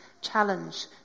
challenge